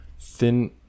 thin